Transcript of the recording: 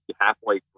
halfway